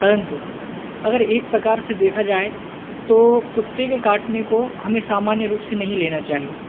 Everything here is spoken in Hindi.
परन्तु अगर एक प्रकार से देखा जाए तो कुत्ते के काटने को हमें सामान्य रूप से नहीं लेना चाहिए